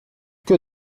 que